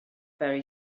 very